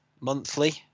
monthly